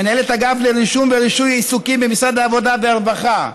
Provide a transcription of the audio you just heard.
מנהלת אגף לרישום ורישוי עיסוקים במשרד העבודה והרווחה,